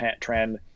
trend